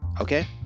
Okay